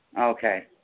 Okay